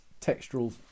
textural